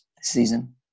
season